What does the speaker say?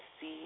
see